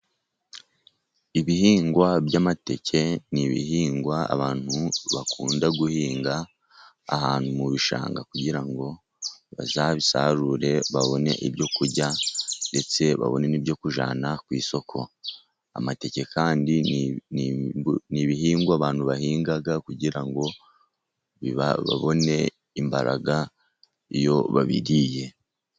Ibihingwa by'amateke ni ibihingwa abantu bakunda guhinga ahantu mu bishanga, kugira ngo bazabisarure babone ibyo kurya, ndetse babone n'ibyo kujyana ku isoko. Amateke kandi ni ibihingwa abantu bahinga kugira ngo babone imbaraga iyo babiriye.